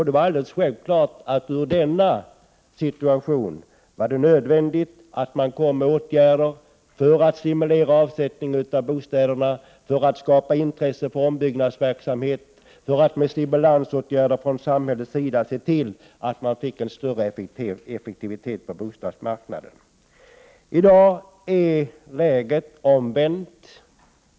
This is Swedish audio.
Det var alldeles självklart att det i denna situation var nödvändigt att vidta åtgärder för att stimulera avsättning av bostäderna, för att skapa intresse för ombyggnadsverksamhet, för att med stimulansåtgärder från samhällets sida se till att man fick en större effektivitet på bostadsmarknaden. I dag är läget omvänt.